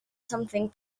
something